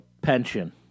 pension